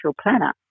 planner